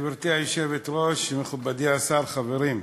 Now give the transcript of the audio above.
גברתי היושבת-ראש, מכובדי השר, חברים,